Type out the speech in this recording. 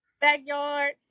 backyard